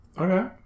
Okay